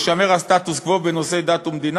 יישמר הסטטוס-קוו בנושאי דת ומדינה